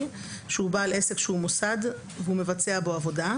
או שהוא בעל עסק שהוא מוסד והוא מבצע בו עבודה.